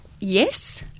Yes